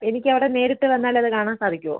എനിക്ക് അവിടെ നേരിട്ട് വന്നാൽ അത് കാണാൻ സാധിക്കുമോ